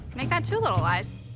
make that two little lies.